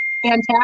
fantastic